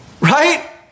Right